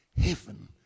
heaven